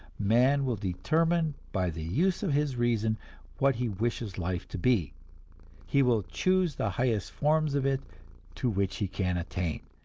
man will determine by the use of his reason what he wishes life to be he will choose the highest forms of it to which he can attain.